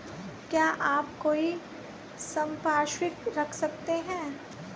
क्या आप कोई संपार्श्विक रख सकते हैं?